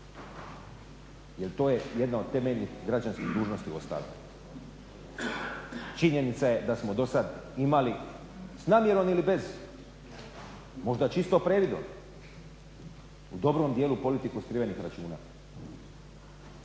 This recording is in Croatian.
To je jedna od temeljnih građanskih dužnosti uostalom. Činjenica je da smo dosad imali, s namjerom ili bez, možda čisto previdom, u dobrom dijelu politiku skrivenih računa.